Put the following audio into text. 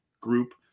group